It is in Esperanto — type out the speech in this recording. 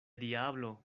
diablo